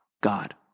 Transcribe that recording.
God